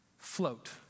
float